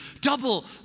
double